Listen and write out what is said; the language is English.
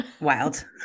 Wild